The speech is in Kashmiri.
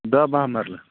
دہ بہہ مرلہٕ